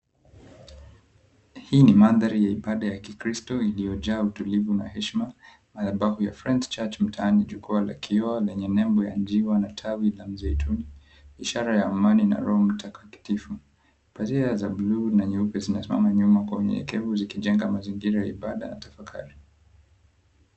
Hii ni mandhari ya ibada ya kikristo, iliyojaa utulivu na heshima. Madhabahu ya 'Friends Church mtaani', jukwaa la kioo lenye nembo ya njiwa na tawi la mzeituni, ishara ya amani na roho mtakatifu. Pazia za bluu na nyeupe zinasimama nyuma kwa unyenyekevu, zikijenga mazingira ya ibada ya tafakari.